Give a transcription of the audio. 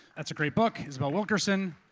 that's a great book, isabel wilkerson.